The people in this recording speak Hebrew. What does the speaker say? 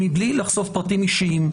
מבלי לחשוף פרטים אישיים,